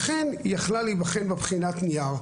לכן היא יכלה להיבחן בבחינת נייר.